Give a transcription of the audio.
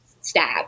stab